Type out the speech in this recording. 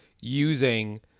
using